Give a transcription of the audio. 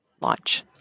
launch